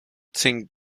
think